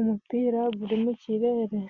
umupira guri mu kirere.